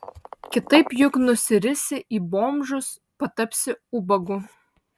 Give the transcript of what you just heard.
kitaip juk nusirisi į bomžus patapsi ubagu